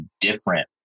different